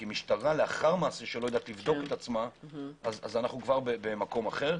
כי משטרה לאחר מעשה שלא יודעת לבדוק את עצמה - אנחנו כבר במקום אחר.